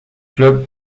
clubs